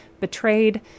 betrayed